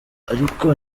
ariko